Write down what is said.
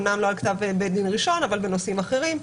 אמנם לא בכתב בית דין ראשון אבל בנושאים אחרים.